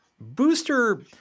booster